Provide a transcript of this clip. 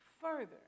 further